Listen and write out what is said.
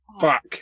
Fuck